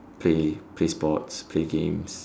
play play sports play games